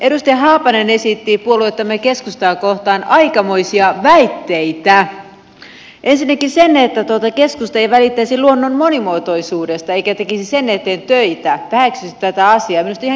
edustaja haapanen esitti puoluettamme keskustaa kohtaan aikamoisia väitteitä ensinnäkin sen että keskusta ei välittäisi luonnon monimuotoisuudesta eikä tekisi sen eteen töitä väheksyisi tätä asiaa